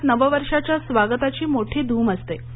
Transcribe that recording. गोव्यात नववर्षाच्या स्वागताची मोठी धूम असते